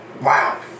wow